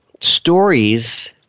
Stories